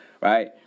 right